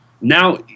Now